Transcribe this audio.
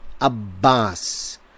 Abbas